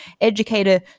educator